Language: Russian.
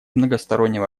многостороннего